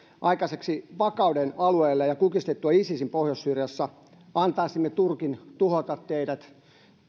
aikaiseksi vakauden alueelle ja ja kukistettua isisin pohjois syyriassa antaisimme turkin tuhota teidät